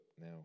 now